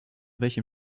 welchem